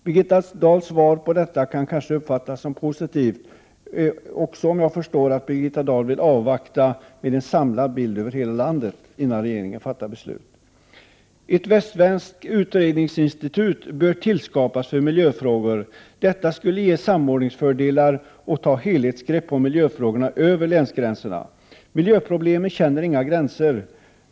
Birgitta Dahls kommentar med anledning av detta förslag kan kanske uppfattas som positiv, men jag har förståelse för att hon vill avvakta en samlad bild över läget i landet i stort innan regeringen fattar beslut i frågan. Ett västsvenkt utredningsinstitut bör tillskapas för miljöfrågor. Detta skulle ge samordningsfördelar och en möjlighet att ta helhetsgrepp på miljöfrågorna över länsgränserna. Miljöproblemen känner inga gränser.